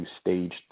stage